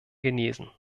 genesen